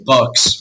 Bucks